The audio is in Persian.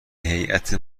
هیات